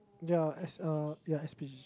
ya as a ya as